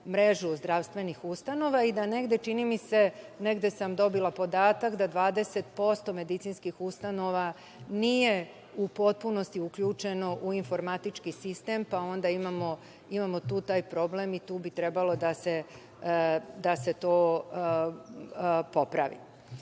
mrežu zdravstvenih ustanova i da negde, čini mi se, dobila sam podatak, da 20% medicinskih ustanova nije u potpunosti uključeno u informatički sistem, pa onda imamo tu taj problem i tu bi trebalo da se to popravi. Dalje,